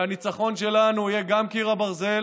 הניצחון שלנו יהיה גם קיר הברזל